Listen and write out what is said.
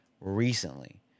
recently